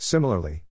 Similarly